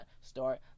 start